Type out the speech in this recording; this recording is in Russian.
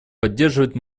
поддерживает